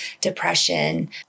depression